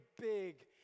big